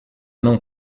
não